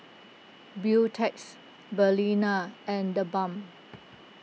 Beautex Balina and theBalm